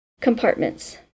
compartments